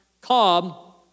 Cobb